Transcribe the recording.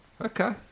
Okay